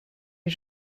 est